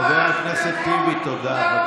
חבר הכנסת טיבי, תודה.